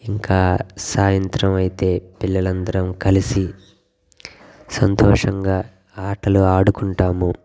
ఇంకా సాయంత్రం అయితే పిల్లలం అందరము కలిసి సంతోషంగా ఆటలు ఆడుకుంటాము